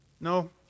No